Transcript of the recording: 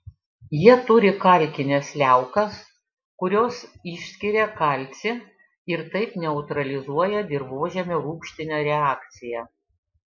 jie turi kalkines liaukas kurios išskiria kalcį ir taip neutralizuoja dirvožemio rūgštinę reakciją